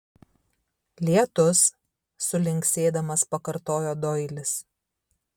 lietus sulinksėdamas pakartojo doilis